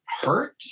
hurt